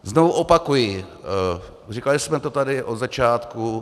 Znovu opakuji, říkali jsme to tady od začátku.